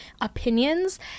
opinions